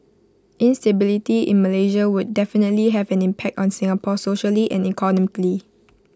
instability in Malaysia would definitely have an impact on Singapore socially and economically